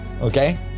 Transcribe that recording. Okay